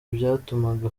byatumaga